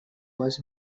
was